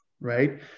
right